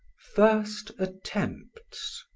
first attempts